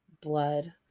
blood